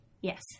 yes